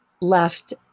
left